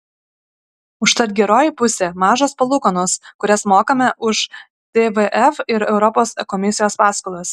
užtat geroji pusė mažos palūkanos kurias mokame už tvf ir europos komisijos paskolas